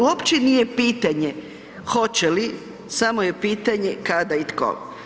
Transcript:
Uopće nije pitanje hoće li, samo je pitanje kada i tko.